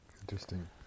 Interesting